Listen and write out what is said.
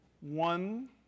one